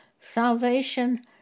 salvation